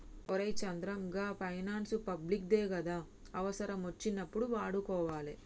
ఒరే చంద్రం, గా finance public దే గదా, అవుసరమచ్చినప్పుడు వాడుకోవాలె